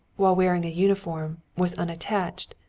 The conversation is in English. while wearing a uniform, was unattached,